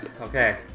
Okay